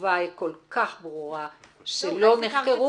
התשובה היא כל כך ברורה שלא נחקרו,